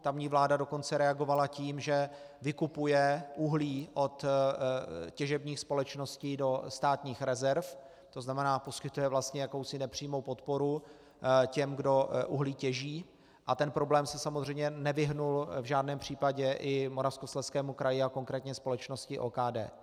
Tamní vláda dokonce reagovala tím, že vykupuje uhlí od těžebních společností do státních rezerv, tzn. poskytuje vlastně jakousi nepřímou podporu těm, kdo uhlí těží, a ten problém se samozřejmě nevyhnul v žádném případě ani Moravskoslezskému kraji a konkrétně společnosti OKD.